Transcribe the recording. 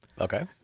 Okay